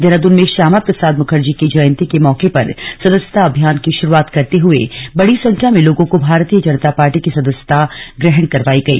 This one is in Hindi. देहरादून में श्यामा प्रसाद मुखर्जी की जयंती के मौके पर सदस्यता अभियान की शुरुआत करते हुए बड़ी संख्या में लोगों को भारतीय जनता पार्टी की सदस्यता ग्रहण करवाई गई